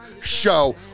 show